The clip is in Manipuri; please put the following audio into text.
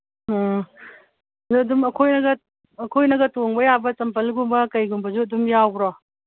ꯑ ꯑꯗꯣ ꯑꯗꯨꯝ ꯑꯩꯈꯣꯏꯅꯒ ꯑꯩꯈꯣꯏꯅꯒ ꯇꯣꯡꯕ ꯌꯥꯕ ꯆꯝꯄꯜꯒꯨꯝꯕ ꯀꯩꯒꯨꯝꯕꯁꯨ ꯑꯗꯨꯝ ꯌꯥꯎꯕ꯭ꯔꯣ